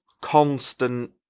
constant